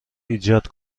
ایجاد